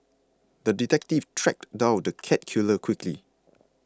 the detective tracked down the cat killer quickly